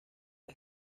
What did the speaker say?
las